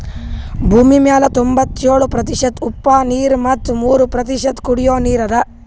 ಭೂಮಿಮ್ಯಾಲ್ ತೊಂಬತ್ಯೋಳು ಪ್ರತಿಷತ್ ಉಪ್ಪ್ ನೀರ್ ಮತ್ ಮೂರ್ ಪ್ರತಿಷತ್ ಕುಡಿಯೋ ನೀರ್ ಅದಾ